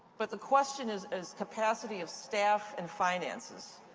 but the question is is capacity of staff and finances.